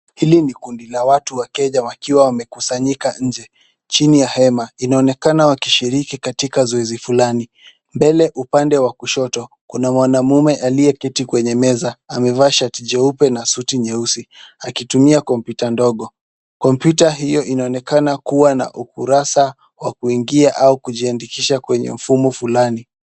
Hili ni kundi la watu wa Kenya wakiwa wamekusanyika nje chini ya hema. Inaonekana wakishiriki katika zoezi fulani. Mbele upande wa kushoto kuna mwanaume akiyeketi kwenye meza. Amevaa shati jeupe na suti nyeusi akitumia kompyuta ndogo. Kompyuta hio inaonekana kuwa na ukurasa wa kuingia au kujiandikisha kwenye mfumo fulani.